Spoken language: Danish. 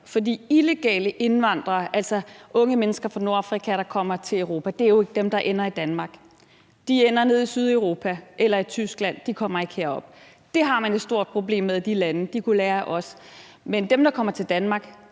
her. Illegale indvandrere, altså unge mennesker fra Nordafrika, der kommer til Europa, er jo ikke dem, der ender i Danmark. De ender nede i Sydeuropa eller i Tyskland; de kommer ikke herop. Det har man et stort problem med i de lande, og de kunne lære af os. Men dem, der kommer til Danmark,